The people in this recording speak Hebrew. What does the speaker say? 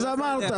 אז אמרת.